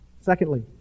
Secondly